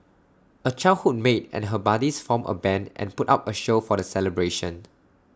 A childhood mate and her buddies formed A Band and put up A show for the celebration